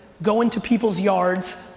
go into people's yards,